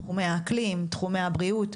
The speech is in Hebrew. תחומי האקלים,